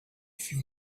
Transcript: few